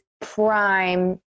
prime